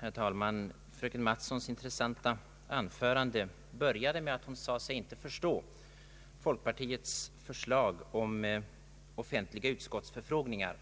Herr talman! Fröken Mattsons intressanta anförande började med att hon sade sig inte förstå folkpartiets förslag om offentliga utskottsutfrågningar.